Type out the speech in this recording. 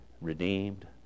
redeemed